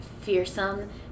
fearsome